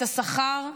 את השכר,